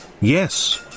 yes